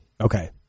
Okay